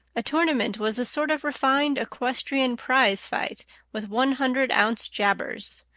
a tournament was a sort of refined equestrian prize-fight with one-hundred-ounce jabbers.